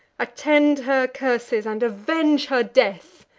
attend her curses and avenge her death!